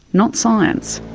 not science.